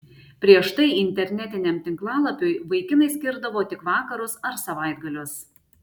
prieš tai internetiniam tinklalapiui vaikinai skirdavo tik vakarus ar savaitgalius